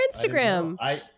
Instagram